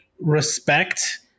respect